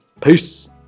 Peace